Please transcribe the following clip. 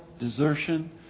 desertion